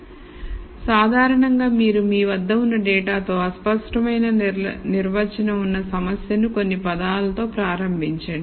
కాబట్టి సాధారణంగా మీరు మీ వద్ద ఉన్న డేటా తో అస్పష్టమైన నిర్వచనం ఉన్న సమస్య ను కొన్ని పదాలతో ప్రారంభించండి